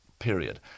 period